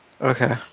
okay